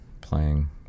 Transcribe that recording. playing